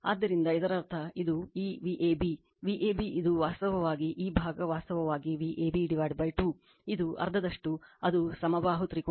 ಆದ್ದರಿಂದ ಇದರರ್ಥ ಇದು ಈ Vab Vab ಇದು ವಾಸ್ತವವಾಗಿ ಈ ಭಾಗ ವಾಸ್ತವವಾಗಿ Vab 2 ಇದು ಅರ್ಧದಷ್ಟು ಅದು ಸಮಬಾಹು ತ್ರಿಕೋನವಾಗಿದೆ